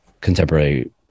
contemporary